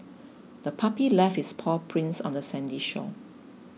the puppy left its paw prints on the sandy shore